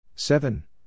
Seven